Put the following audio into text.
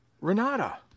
Renata